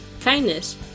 kindness